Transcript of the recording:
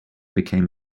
became